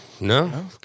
No